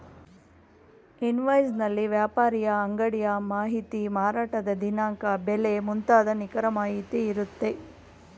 invoice ನಲ್ಲಿ ವ್ಯಾಪಾರಿಯ ಅಂಗಡಿಯ ಮಾಹಿತಿ, ಮಾರಾಟದ ದಿನಾಂಕ, ಬೆಲೆ ಮುಂತಾದ ನಿಖರ ಮಾಹಿತಿ ಇರುತ್ತೆ